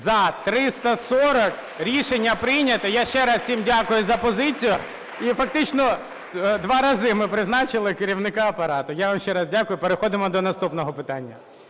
За-340 Рішення прийнято. Я ще раз всім дякую за позицію. І, фактично, два рази ми призначали керівника Апарату. Я вам ще раз дякую. Переходимо до наступного питання.